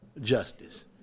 justice